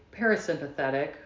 parasympathetic